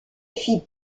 fit